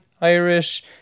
Irish